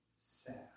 sad